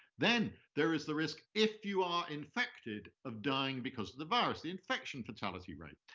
then there is the risk, if you are infected, of dying because of the virus, the infection fatality rate.